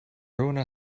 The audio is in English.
ruin